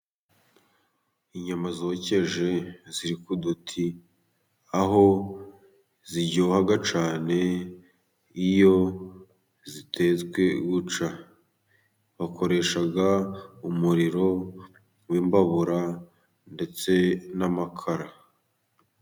Inyama zokeje ziri ku duti, aho ziryoga cyane iyo zitezwe guca, bakoresha umuriro w'imbabura ndetse n'amakara.